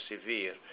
severe